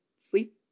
sleep